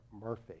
Murphy